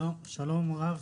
שלום רב,